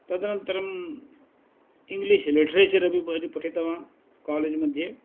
तदनन्तरम् English literature अपि परं पठितवान् कालेज् मध्ये